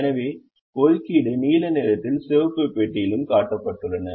எனவே ஒதுக்கீடு நீல நிறத்திலும் சிவப்பு பெட்டியிலும் காட்டப்பட்டுள்ளன